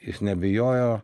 jis nebijojo